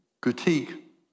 critique